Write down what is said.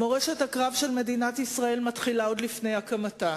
מורשת הקרב של מדינת ישראל מתחילה עוד לפני הקמתה.